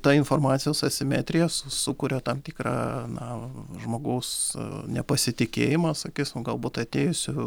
ta informacijos asimetrija su sukuria tam tikrą na žmogaus nepasitikėjimą sakysim galbūt atėjusiu